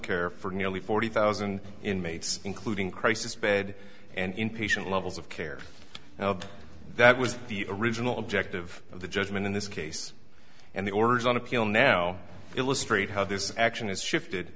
care for nearly forty thousand inmates including crisis bed and inpatient levels of care that was the original objective of the judgment in this case and the orders on appeal now illustrate how this action is shifted